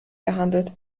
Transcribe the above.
gehandelt